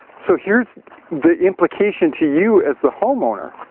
so here's the implication to you as the homeowner.